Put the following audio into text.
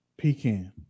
Pecan